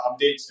updates